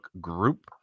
group